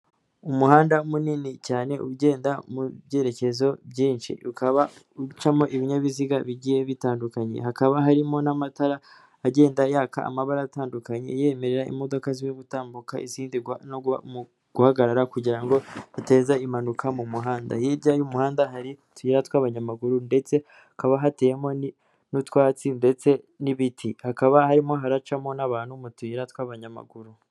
Umuhanda munini cyane ugenda mu byerekezo byinshi, ukaba ucamo ibinyabiziga bigiye bitandukanye, hakaba harimo n'amatara agenda yaka amabara atandukanye, yemerera imodoka zimwe gutambuka izindi guhagarara kugira ngo bidateza impanuka mu muhanda, hirya y'umuhanda hari utuyira tw'abanyamaguru, ndetse hakaba hateyemo n'utwatsi ndetse n'ibiti, hakaba harimo haracamo n'abantu mu tuyira tw'abanyamaguru.